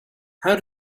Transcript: how